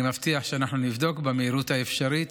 אני מבטיח שאנחנו נבדוק במהירות האפשרית,